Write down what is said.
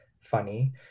funny